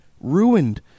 ruined